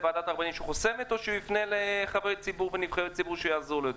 הוא יפנה לוועדת הרבנים שחוסמת או שהוא יפנה לנבחרי ציבור שיעזרו לו?